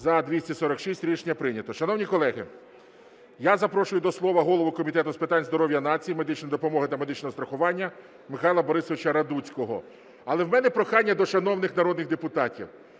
За-246 Рішення прийнято. Шановні колеги, я запрошую до слова голову Комітету з питань здоров’я нації, медичної допомоги та медичного страхування Михайла Борисовича Радуцького. Але в мене прохання до шановних народних депутатів.